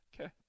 Okay